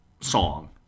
song